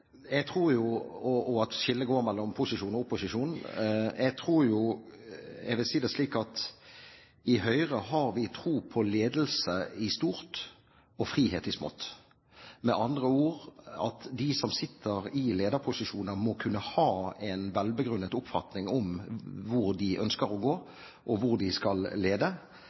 Jeg tror jeg vil si det slik: I Høyre har vi tro på ledelse i stort og frihet i smått. Med andre ord: De som sitter i lederposisjoner, må kunne ha en velbegrunnet oppfatning om hvor de ønsker å gå, og hvor de skal lede,